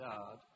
God